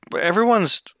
everyone's